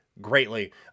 greatly